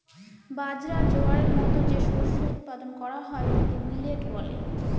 বাজরা, জোয়ারের মতো যে শস্য উৎপাদন করা হয় তাকে মিলেট বলে